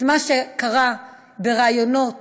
את מה שקרה בראיונות